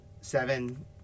seven